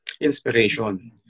inspiration